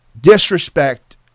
disrespect